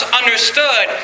understood